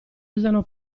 usano